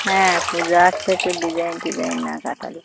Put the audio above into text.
হ্যাঁ পুজো আছে একটু ডিজাইন টিসাইন না কাটালে